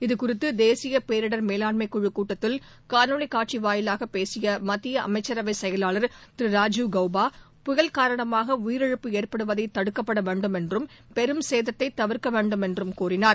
இது குறித்து தேசிய பேரிடர் மேலாண்மைக்குழுக் கூட்டத்தில் காணொலி காட்சி வாயிலாக பேசிய மத்திய அமைச்சரவை செயலாளர் திரு ராஜீவ் கவ்பா புயல் காரணமாக உயிரிழப்பு ஏற்படுவதை தடுக்கப்பட வேண்டும் என்றும் பெரும் சேதத்தை தவிர்க்க வேண்டும் என்றும் கூறினார்